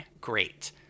Great